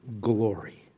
glory